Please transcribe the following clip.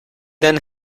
then